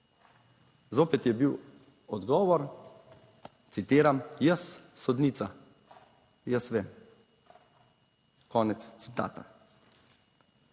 Zopet je bil odgovor, citiram: "Jaz, sodnica, jaz vem." - konec citata.